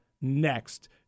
next